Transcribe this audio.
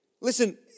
Listen